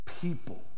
people